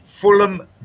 Fulham